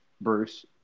Bruce